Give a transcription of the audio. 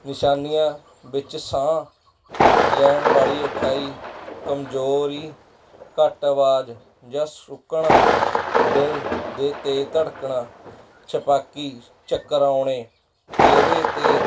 ਨਿਸ਼ਾਨੀਆ ਵਿੱਚ ਸਾਹ ਲੈਣ ਵਾਲੀ ਔਖਾਈ ਕਮਜ਼ੋਰੀ ਘੱਟ ਅਵਾਜ਼ ਜਾਂ ਸੁੱਕਣ ਦਿਲ ਦਾ ਤੇਜ਼ ਧੜਕਣਾ ਛਪਾਕੀ ਚੱਕਰ ਆਉਣੇ ਚਿਹਰੇ 'ਤੇ